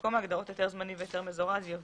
במקום ההגדרות "היתר זמני" ו"היתר מזורז" יבוא: